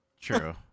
True